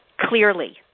clearly